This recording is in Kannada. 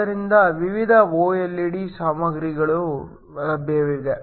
ಆದ್ದರಿಂದ ವಿವಿಧ ಒಎಲ್ಇಡಿ ಸಾಮಗ್ರಿಗಳು ಲಭ್ಯವಿದೆ